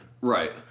Right